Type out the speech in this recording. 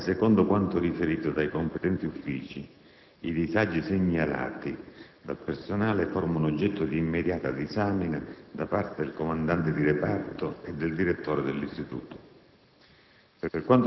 Infatti, secondo quanto riferito dai competenti uffici, i disagi segnalati dal personale formano oggetto dì immediata disamina da parte del comandante di reparto e del direttore dell'istituto.